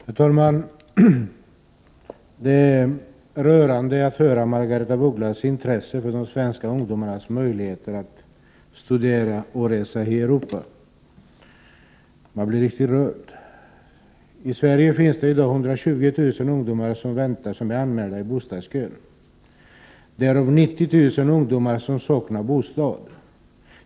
Herr talman! Jag blir riktigt rörd när jag hör Margaretha af Ugglas intresse för de svenska ungdomarnas möjligheter att studera och resa i Europa. I Sverige finns det i dag 120 000 ungdomar anmälda i bostadskön, varav 90 000 saknar bostad.